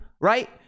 right